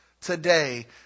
today